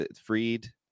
Freed